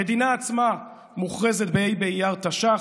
המדינה עצמה מוכרזת בה' באייר תש"ח,